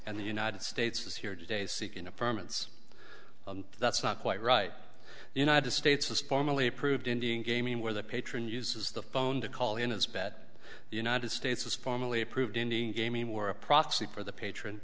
and the united states is here today seeking a permits that's not quite right the united states is formally approved indian gaming where the patron uses the phone to call in as bet the united states is formally approved indian gaming where a proxy for the patron